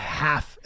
half